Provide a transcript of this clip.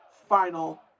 final